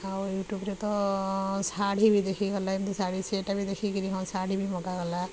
ଆଉ ୟୁଟୁବ୍ରେ ତ ଶାଢ଼ୀ ବି ଦେଖିହେଲେ ଏମିତି ଶାଢ଼ୀ ସେଇଟା ବି ଦେଖିକିରି ହଁ ଶାଢ଼ୀ ବି ମଗାଗଲା